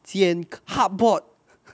捡 cardboard